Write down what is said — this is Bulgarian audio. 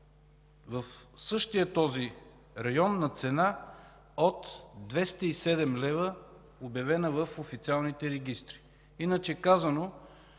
в същия този район на цена от 207 лв., обявена в официалните регистри? Иначе казано,